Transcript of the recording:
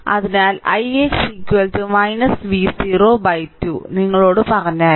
അതിനാൽ ix V0 2 നിങ്ങളോട് പറഞ്ഞു